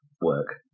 work